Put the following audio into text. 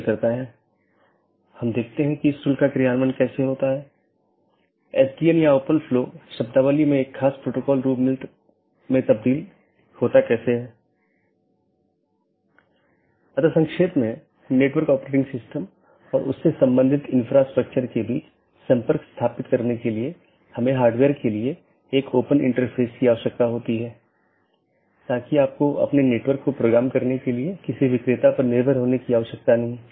इसलिए जो हम देखते हैं कि मुख्य रूप से दो तरह की चीजें होती हैं एक है मल्टी होम और दूसरा ट्रांजिट जिसमे एक से अधिक कनेक्शन होते हैं लेकिन मल्टी होमेड के मामले में आप ट्रांजिट ट्रैफिक की अनुमति नहीं दे सकते हैं और इसमें एक स्टब प्रकार की चीज होती है जहां केवल स्थानीय ट्रैफ़िक होता है मतलब वो AS में या तो यह उत्पन्न होता है या समाप्त होता है